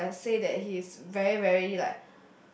and I would have to say that he's very very like